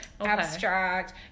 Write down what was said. abstract